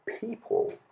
people